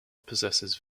possesses